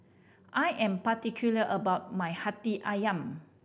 I am particular about my Hati Ayam